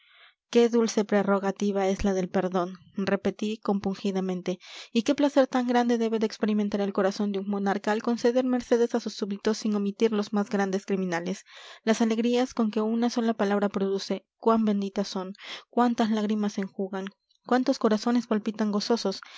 qué dulce prerrogativa es la del perdón repetí compungidamente y qué placer tan grande debe de experimentar el corazón de un monarca al conceder mercedes a sus súbditos sin omitir a los más grandes criminales las alegrías que con una sola palabra produce cuán benditas son cuántas lágrimas se enjugan cuántos corazones palpitan gozosos